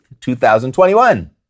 2021